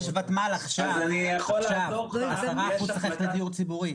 יש עכשיו ותמ"ל על הדיור הציבורי,